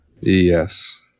Yes